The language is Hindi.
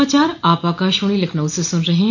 यह समाचार आप आकाशवाणी लखनऊ से सुन रहे हैं